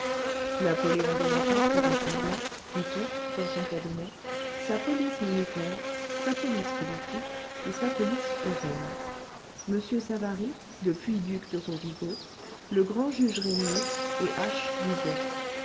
napoléon bonaparte rassembla dit-on dans son cabinet sa police militaire sa police politique et sa police urbaine m savary depuis duc de rovigo le grand juge régnier et h dubois